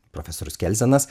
profesorius kelzenas